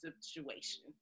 situation